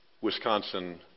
Wisconsin